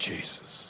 Jesus